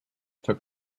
took